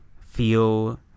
feel